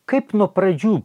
kaip nuo pradžių